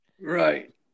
Right